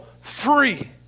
free